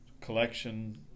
collection